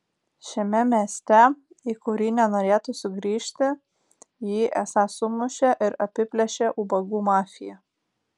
šiame mieste į kurį nenorėtų sugrįžti jį esą sumušė ir apiplėšė ubagų mafija